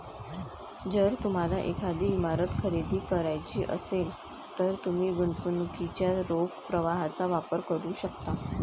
जर तुम्हाला एखादी इमारत खरेदी करायची असेल, तर तुम्ही गुंतवणुकीच्या रोख प्रवाहाचा वापर करू शकता